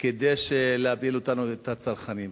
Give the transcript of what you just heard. כדי להפיל אותנו, את הצרכנים.